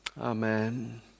Amen